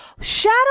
shadow